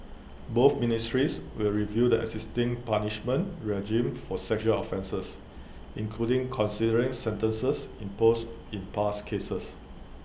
both ministries will review the existing punishment regime for sexual offences including considering sentences imposed in past cases